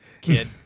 kid